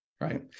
right